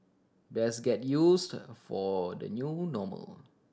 best get used for the new normal